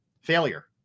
failure